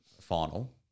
final